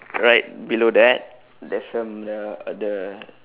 right below that there's um the uh the